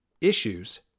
issues